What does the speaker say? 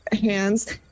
hands